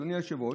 אדוני היושב-ראש,